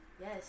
Yes